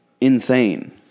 insane